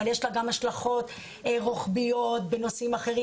יש לה גם השלכות רוחביות בנושאים אחרים,